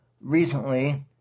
Recently